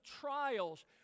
trials